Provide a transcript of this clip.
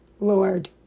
Lord